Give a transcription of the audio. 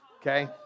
okay